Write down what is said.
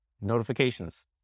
notifications